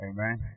Amen